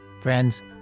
Friends